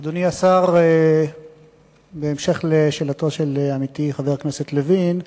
אדוני השר, בהמשך לשאלתו של עמיתי חבר הכנסת לוין,